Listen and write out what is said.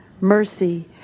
mercy